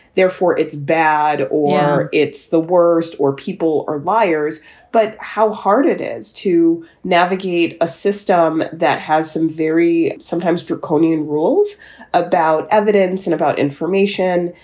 therefore, it's bad or it's the worst or people or liars but how hard it is to navigate a system that has some very sometimes draconian rules about evidence and about information.